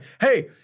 hey